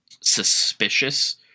suspicious